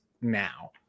now